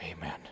Amen